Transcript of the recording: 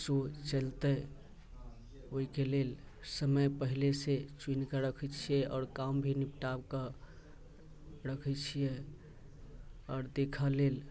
show चलतै ओहिके लेल समय पहिले से चुनि कऽ रखैत छियै आओर काम भी निपटा कऽ रखैत छियै आओर देखऽ लेल